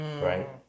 right